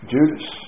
Judas